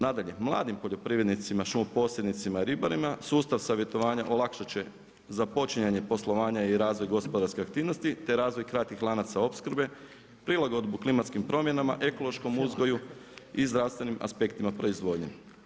Nadalje, mladim poljoprivrednicima, šumoposrednicima i ribarima sustav savjetovanja olakšati će započinjanje poslovanja i razvoj gospodarske aktivnosti, te razvoj kratkih lanaca opskrbe, prilagodbu klimatskim promjenama, ekološkom uzgoju i zdravstvima aspektima proizvodnje.